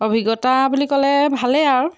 অভিজ্ঞতা বুলি ক'লে ভালেই আৰু